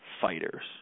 fighters